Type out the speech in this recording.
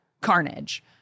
carnage